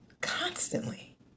Constantly